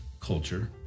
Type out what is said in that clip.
culture